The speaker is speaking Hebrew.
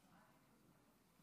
אדוני היושב-ראש,